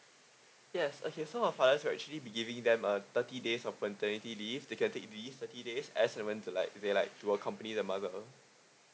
yes okay so the father will actually be giving them a thirty days of paternity leave they can take leave thirty days as and when they like they like to accompany the mother